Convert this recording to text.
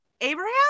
Abraham